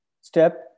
step